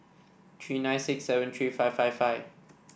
three nine six seven three five five five